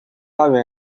花园